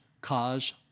Cause